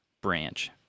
branch